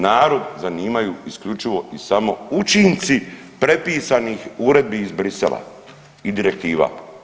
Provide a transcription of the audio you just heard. Narod zanimaju isključivo i samo učinci prepisanih uredbi iz Bruxellesa i direktiva.